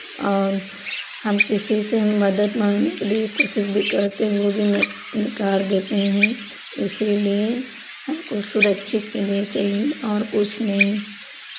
और हम किसी से मदद माँगने के लिए कोशिश भी करते वो भी ने नकार देते हैं इसीलिए हमको सुरक्षित के लिए चाहिए और कुछ नहीं